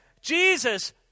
Jesus